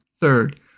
Third